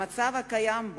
המצב הקיים,